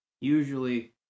Usually